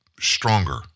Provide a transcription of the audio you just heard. stronger